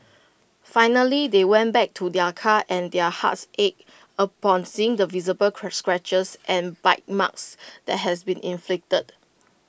finally they went back to their car and their hearts ached upon seeing the visible scratches and bite marks that has been inflicted